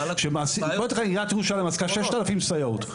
עיריית ירושלים מעסיקה 6,000 סייעות.